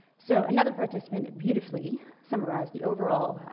so another participant beautifully summarized the overall,